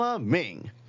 Ming